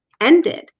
ended